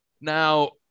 Now